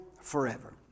forever